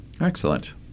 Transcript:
Excellent